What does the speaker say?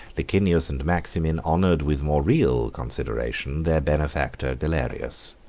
licinius and maximin honored with more real consideration their benefactor galerius.